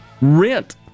rent